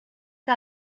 que